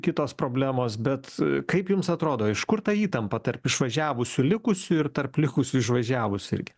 kitos problemos bet kaip jums atrodo iš kur ta įtampa tarp išvažiavusių likusių ir tarp likusių išvažiavus irgi